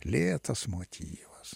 lėtas motyvas